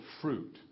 fruit